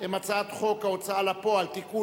הן הצעת חוק ההוצאה לפועל (תיקון,